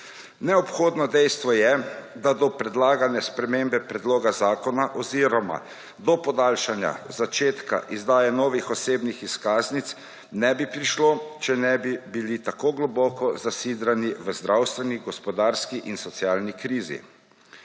Neobhodno dejstvo je, da do predlagane spremembe predloga zakona oziroma do podaljšanja začetka izdaje novih osebnih izkaznic ne bi prišlo, če ne bi bili tako globoko zasidrani v zdravstvenih, gospodarski in socialni krizi.